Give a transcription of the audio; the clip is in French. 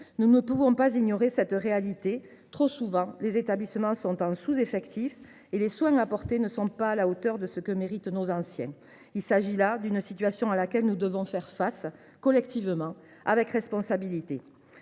Nous ne pouvons pas ignorer cette réalité : trop souvent, les établissements souffrent de sous effectifs et les soins apportés ne sont pas à la hauteur de ce que méritent nos anciens. C’est une situation à laquelle nous devons faire face collectivement, avec responsabilité.